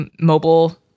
mobile